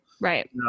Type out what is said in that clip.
Right